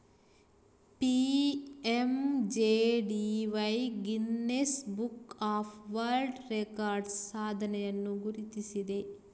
PMJDY Guinness book of world records ಸಾಧನೆಯನ್ನು ಗುರುತಿಸಿದೆ